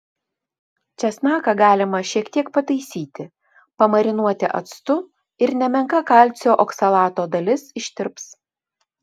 česnaką galima šiek tiek pataisyti pamarinuoti actu ir nemenka kalcio oksalato dalis ištirps